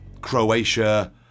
Croatia